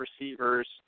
receivers –